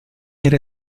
era